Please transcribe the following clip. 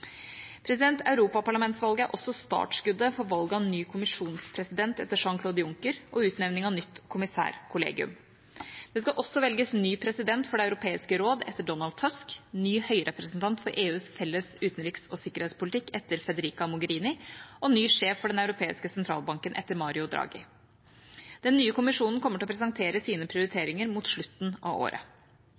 president for Det europeiske råd etter Donald Tusk, ny høyrepresentant for EUs felles utenriks- og sikkerhetspolitikk etter Federica Mogherini og ny sjef for Den europeiske sentralbanken etter Mario Draghi. Den nye kommisjonen kommer til å presentere sine prioriteringer mot slutten av året.